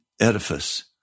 edifice